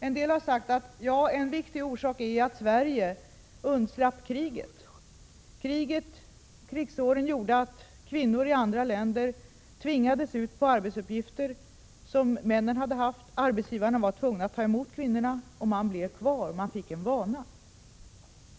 En del har sagt att en viktig orsak är att Sverige undslapp kriget. Krigsåren gjorde att kvinnor i andra länder tvingades ut på arbetsuppgifter som männen hade haft. Arbetsgivarna blev tvungna att ta emot kvinnorna, och dessa blev sedan kvar. Man fick en vana.